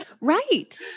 Right